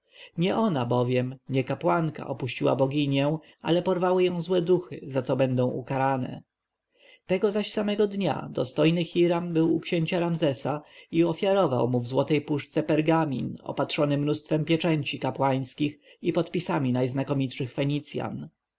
nie ona bowiem nie kapłanka opuściła boginię ale porwały ją złe duchy za co będą ukarane tego zaś samego dnia dostojny hiram był u księcia ramzesa i ofiarował mu w złotej puszce pargamin opatrzony mnóstwem pieczęci kapłańskich i podpisami najznakomitszych